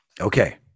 okay